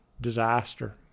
disaster